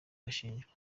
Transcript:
bashinjwa